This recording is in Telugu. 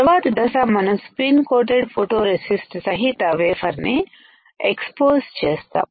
తర్వాత దశ మనం స్పీన్ కోటెడ్ ఫోటోరెసిస్ట్ సహిత వేఫర్ని ఎక్సపోజ్ చేస్తాం